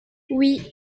oui